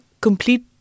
complete